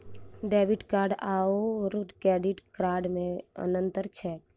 Debit card आओर credit card मे की अन्तर छैक?